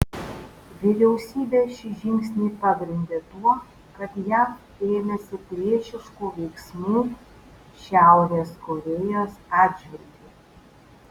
vyriausybė šį žingsnį pagrindė tuo kad jav ėmėsi priešiškų veiksmų šiaurės korėjos atžvilgiu